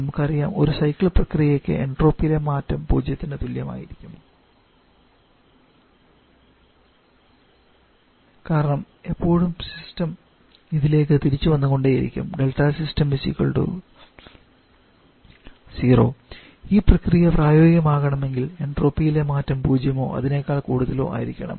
നമുക്ക് അറിയാം ഒരു സൈക്കിൾ പ്രക്രിയയ്ക്ക് എൻട്രോപ്പിയിലെ മാറ്റം പൂജ്യത്തിനു തുല്യമായിരിക്കും കാരണം എപ്പോഴും സിസ്റ്റം ഇതിലേക്ക് തിരിച്ചു വന്നു കൊണ്ടേയിരിക്കും ∆𝑆𝑠𝑦𝑠 0 ഈ പ്രക്രിയ പ്രായോഗികം ആകണമെങ്കിൽ എൻട്രോപ്പിയിലെ മാറ്റം പൂജ്യമോ അതിനേക്കാൾ കൂടുതലൊ ആയിരിക്കണം